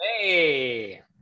hey